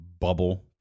bubble